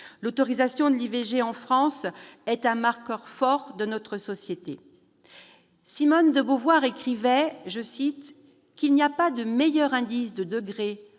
l'autorisation de l'IVG en France est un marqueur fort de notre société. Simone de Beauvoir écrivait :« Il n'y a pas de meilleur indice du degré